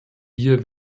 wir